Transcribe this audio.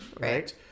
right